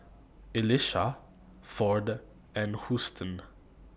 Elisha Ford and Houston